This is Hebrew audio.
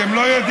אתם לא יודעים?